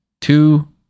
two